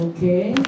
Okay